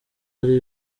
hari